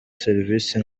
serivisi